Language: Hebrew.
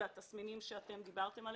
אלה התסמינים שעליהם דיברתם.